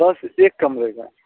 दस एक कमरे का